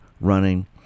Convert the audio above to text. running